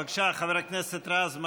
בבקשה, חבר הכנסת רז.